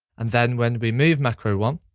and then, when we move macro one,